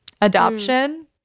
Adoption—